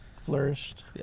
flourished